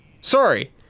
Sorry